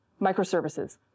microservices